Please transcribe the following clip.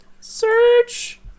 Search